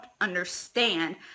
understand